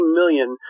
million